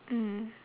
mm